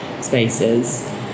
spaces